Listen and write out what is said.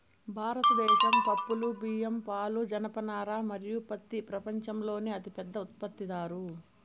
భారతదేశం పప్పులు, బియ్యం, పాలు, జనపనార మరియు పత్తి ప్రపంచంలోనే అతిపెద్ద ఉత్పత్తిదారు